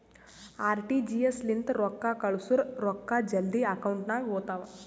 RTGS ಲಿಂತ ರೊಕ್ಕಾ ಕಳ್ಸುರ್ ರೊಕ್ಕಾ ಜಲ್ದಿ ಅಕೌಂಟ್ ನಾಗ್ ಹೋತಾವ್